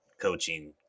coaching